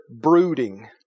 brooding